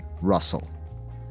Russell